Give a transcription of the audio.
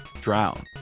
drown